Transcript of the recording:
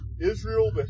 Israel